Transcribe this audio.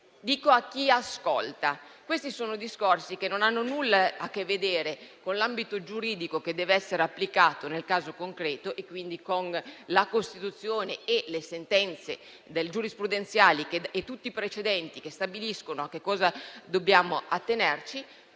dico a chi ascolta. Questi sono discorsi che non hanno nulla a che vedere con l'ambito giuridico che deve essere applicato nel caso concreto e quindi con la Costituzione, le sentenze giurisprudenziali e tutti i precedenti che stabiliscono a che cosa dobbiamo attenerci,